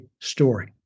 story